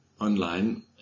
online